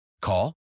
Call